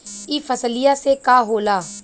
ई फसलिया से का होला?